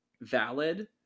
valid